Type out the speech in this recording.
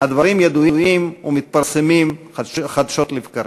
הדברים ידועים ומתפרסמים חדשות לבקרים.